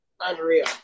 unreal